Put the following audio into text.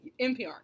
NPR